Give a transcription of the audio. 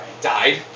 died